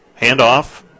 Handoff